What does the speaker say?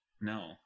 no